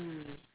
mm